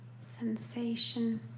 sensation